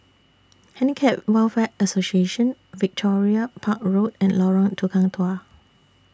Handicap Welfare Association Victoria Park Road and Lorong Tukang Dua